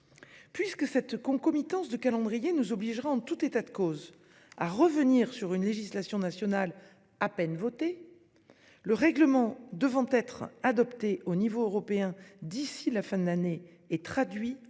ensuite. Cette concomitance de calendriers nous obligera en tout état de cause à revenir sur une législation nationale à peine votée, le règlement devant être adopté à l'échelon européen d'ici à la fin de l'année et traduit en